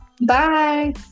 Bye